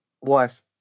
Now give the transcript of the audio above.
wife